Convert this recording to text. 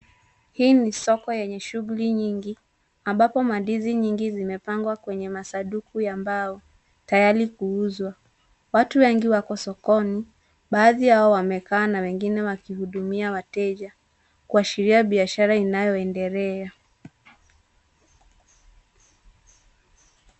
Hii ni soko enye shuguli nyingi ambapo mandizi nyingi imepangwa kwenye masanduku ya mbao tayari kuuzwa. Watu wengi wako sokoni baadhi yao wamekaa na wegine wakihudumia wateja kuashiria biashara inayoendelea.